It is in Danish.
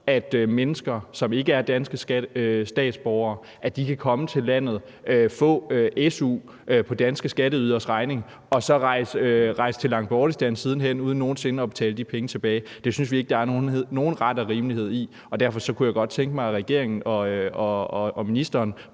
at mennesker, som ikke er danske statsborgere, kan komme til landet, få su på danske skatteyderes regning og så rejse til Langtbortistan siden hen uden nogen sinde at betale de penge tilbage. Det synes vi ikke der er ret og rimelighed i, og derfor kunne jeg godt tænke mig, at regeringen og ministeren